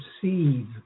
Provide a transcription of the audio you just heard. perceive